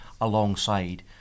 alongside